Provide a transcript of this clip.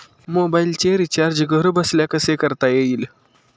मोबाइलचे रिचार्ज घरबसल्या कसे करता येईल?